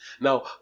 Now